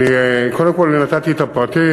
קודם כול, נתתי את הפרטים.